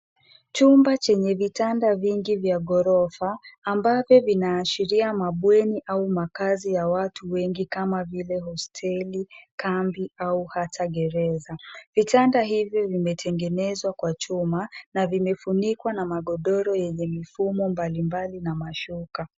Chumba chenye vitanda vingi vya ghorofa ambavyo vinaashiria mabweni au makaazi ya watu wengi kama vile hosteli, kambi au hata gereza. Vitanda hivi vimetengenezwa kwa chuma na vimefunikwa na magodoro yenye mifumo mbalimbali na mashuka.